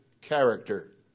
character